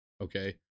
okay